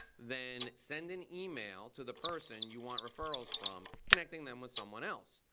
then send an email to the person you want referrals from connecting them with someone else.